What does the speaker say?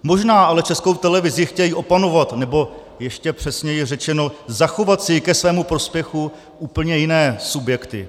Možná ale Českou televizi chtějí opanovat, nebo ještě přesněji řečeno zachovat si ji ke svému prospěchu úplně jiné subjekty.